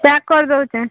pack କରି ଦେଉଛି